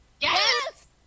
Yes